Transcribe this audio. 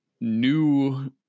new